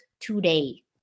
today